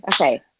Okay